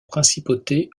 principauté